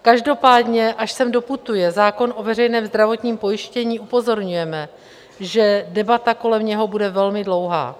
Každopádně až sem doputuje zákon o veřejném zdravotním pojištění, upozorňujeme, že debata kolem něho bude velmi dlouhá.